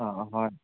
অঁ হয়